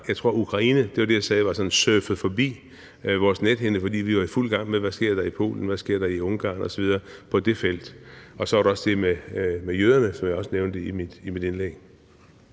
det var det, jeg sagde – vores nethinde, fordi vi har været i fuld gang med, hvad der sker i Polen, og hvad der sker i Ungarn osv. på det felt? Og så var der også det med jøderne, som jeg nævnte i mit indlæg.